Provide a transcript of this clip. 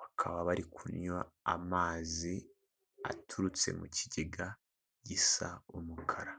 bakaba bari kunywa amazi aturutse mu kigega gisa umukara.